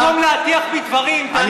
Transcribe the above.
במקום להטיח בי דברים תענה לעניין,